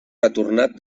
retornat